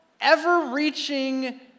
ever-reaching